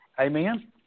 Amen